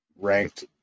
ranked